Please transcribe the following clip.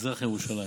מזרח ירושלים,